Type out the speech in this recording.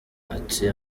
ati